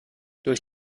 durch